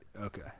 Okay